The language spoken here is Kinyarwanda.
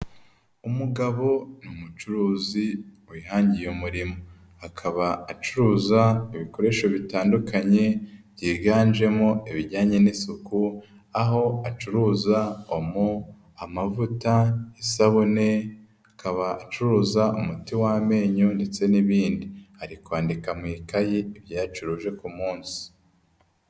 Umugabo ni umucuruzi wihangiye umurimo, akaba acuruza ibikoresho bitandukanye byiganjemo ibijyanye n'isuku aho acuruza: omo, amavuta, isabune, akaba acuruza umuti w'amenyo ndetse n'ibindi, ari kwandika mu ikaye ibyo yacuruje ku munsi.